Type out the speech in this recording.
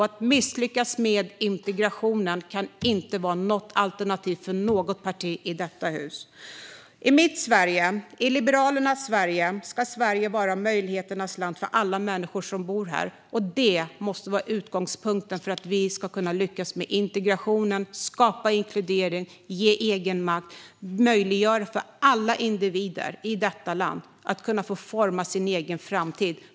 Att misslyckas med integrationen kan inte vara ett alternativ för något parti i detta hus. I mitt och Liberalernas Sverige ska Sverige vara ett möjligheternas land för alla människor som bor här. Detta måste vara utgångspunkten för att vi ska lyckas med integrationen, skapa inkludering, ge egenmakt och möjliggöra för alla individer i detta land att forma sin egen framtid.